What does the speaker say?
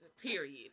Period